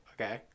Okay